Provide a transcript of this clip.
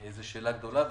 זאת שאלה גדולה.